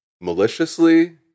maliciously